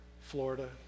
Florida